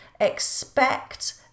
expect